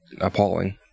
appalling